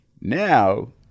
Now